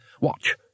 Watch